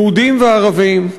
יהודים וערבים,